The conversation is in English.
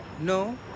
No